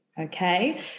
okay